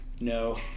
No